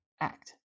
act